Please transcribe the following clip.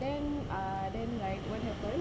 then ah then like what happened